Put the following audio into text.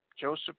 Joseph